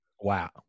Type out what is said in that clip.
Wow